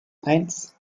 eins